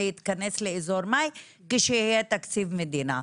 יתכנס לאזור מאי כשיהיה תקציב מדינה.